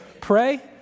pray